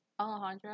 Alejandra